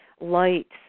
Lights